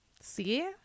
See